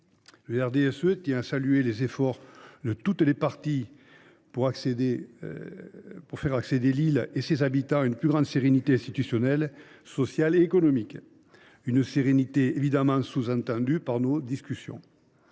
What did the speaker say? Le RDSE tient à saluer les efforts de toutes les parties pour faire accéder l’île et ses habitants à une plus grande sérénité institutionnelle, sociale et économique – sérénité évidemment sous tendue par nos discussions.